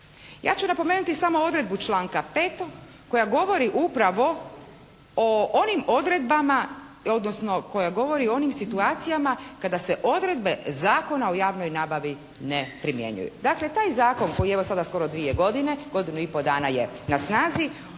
Ja ću napomenuti samo odredbu članka 5. koja govori upravo o onim odredbama odnosno koja govori o onim situacijama kada se odredbe Zakona o javnoj nabavi ne primjenjuju. Dakle, taj zakon koji je evo, sada skoro 2 godine, godinu i pol dana je na snazi,